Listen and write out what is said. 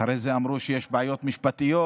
אחרי זה אמרו שיש בעיות משפטיות,